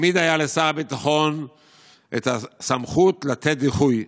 תמיד הייתה לשר הביטחון הסמכות לתת דיחוי,